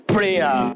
Prayer